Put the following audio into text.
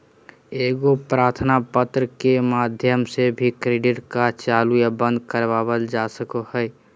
एगो प्रार्थना पत्र के माध्यम से भी डेबिट कार्ड चालू या बंद करवावल जा सको हय